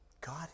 God